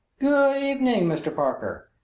good evening, mr. parker!